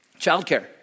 childcare